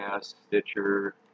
Stitcher